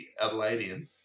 Adelaidean